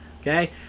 okay